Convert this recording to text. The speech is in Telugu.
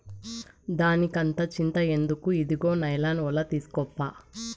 దానికంత చింత ఎందుకు, ఇదుగో నైలాన్ ఒల తీస్కోప్పా